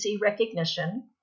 recognition